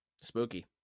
Spooky